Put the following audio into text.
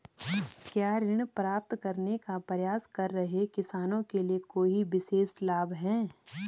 क्या ऋण प्राप्त करने का प्रयास कर रहे किसानों के लिए कोई विशेष लाभ हैं?